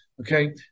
Okay